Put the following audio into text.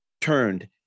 turned